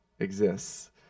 Exists